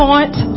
Point